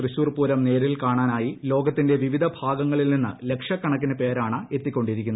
തൃശൂർ പൂരം നേരിൽ കാണാനായി ലോകത്തിന്റെ വിവിധ ഭാഗങ്ങളിൽ നിന്ന് ലക്ഷക്കണക്കിന് പേരാണ് എത്തിക്കൊണ്ടിരിക്കുന്നത്